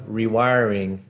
rewiring